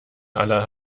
aller